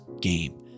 game